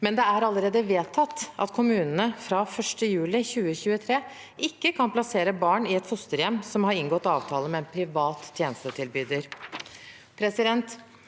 men det er allerede vedtatt at kommunene fra 1. juli 2023 ikke kan plassere barn i et fosterhjem som har inngått avtale med en privat tjenestetilbyder.